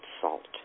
salt